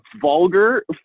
vulgar